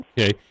Okay